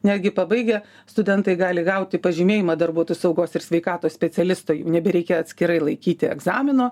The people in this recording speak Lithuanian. netgi pabaigę studentai gali gauti pažymėjimą darbuotojų saugos ir sveikatos specialisto jau nebereikia atskirai laikyti egzamino